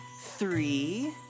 three